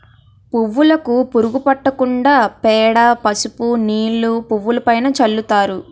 పువ్వులుకు పురుగు పట్టకుండా పేడ, పసుపు నీళ్లు పువ్వులుపైన చల్లుతారు